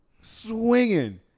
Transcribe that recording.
Swinging